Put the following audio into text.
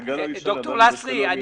את הגל הראשון עברנו בשלום.